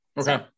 Okay